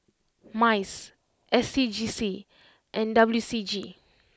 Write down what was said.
Mice S C G C and W C G